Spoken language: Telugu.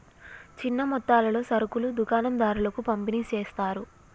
చిన్న మొత్తాలలో సరుకులు దుకాణం దారులకు పంపిణి చేస్తారు